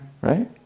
Right